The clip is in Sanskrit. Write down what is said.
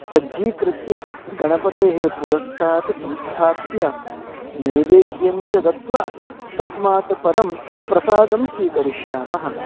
सज्जीकृत्य गणपतेः पुरस्तात् संस्थाप्य नैवेद्यञ्च दत्वा तस्मात् परं प्रसादं स्वीकरिष्यामः